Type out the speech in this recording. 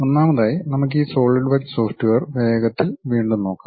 ഒന്നാമതായി നമുക്ക് ഈ സോളിഡ് വർക്ക് സോഫ്റ്റ്വെയർ വേഗത്തിൽ വീണ്ടും നോക്കാം